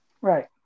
Right